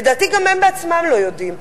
לדעתי, גם הם בעצמם לא יודעים.